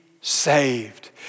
saved